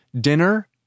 dinner